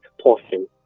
portion